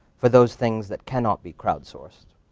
for those things that cannot be crowd sourced?